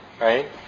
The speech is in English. right